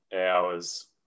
hours